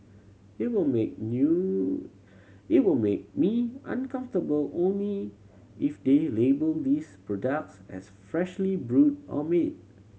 it will make you it will make me uncomfortable only if they label these products as freshly brewed or made